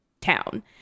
town